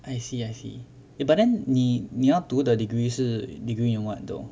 I see I see eh but then 你你要读的 degree 是 degree in what though